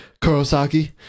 Kurosaki